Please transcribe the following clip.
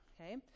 okay